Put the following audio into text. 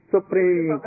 Supreme